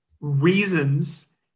reasons